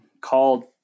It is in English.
called